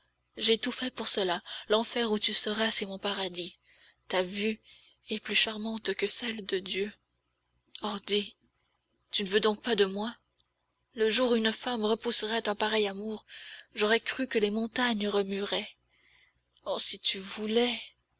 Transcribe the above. j'ai tout fait pour cela l'enfer où tu seras c'est mon paradis ta vue est plus charmante que celle de dieu oh dis tu ne veux donc pas de moi le jour où une femme repousserait un pareil amour j'aurais cru que les montagnes remueraient oh si tu voulais